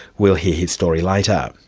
we'll hear his story later.